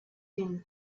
him